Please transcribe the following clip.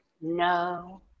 No